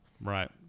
Right